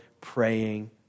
praying